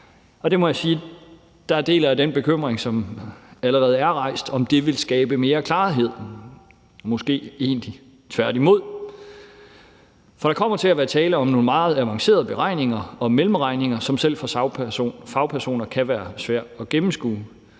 Der må jeg sige, at jeg deler den bekymring, som allerede er rejst, om, hvorvidt det vil skabe mere klarhed – måske egentlig tværtimod. For der kommer til at være tale om nogle meget avancerede beregninger og mellemregninger, som kan være svære at gennemskue